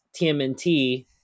TMNT